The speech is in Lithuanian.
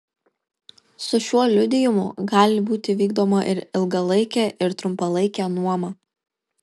su šiuo liudijimu gali būti vykdoma ir ilgalaikė ir trumpalaikė nuoma